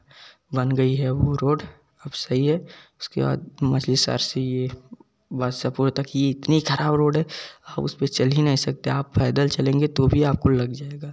बन गई है वह रोड अब सही है उसके बाद मछली शहर से यह बादशाहपुर तक यह इतनी खराब रोड है हम उस पर चल ही नहीं सकती हैं आप पैदल चलेंगे तो भी आपको लग जाएगा